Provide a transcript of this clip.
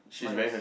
my is